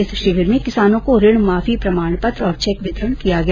इस शिविर में किसानों को ऋण माफी प्रमाण पत्र और चेक वितरण किया गया